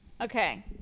Okay